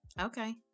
Okay